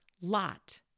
Lot